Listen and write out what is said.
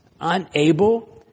unable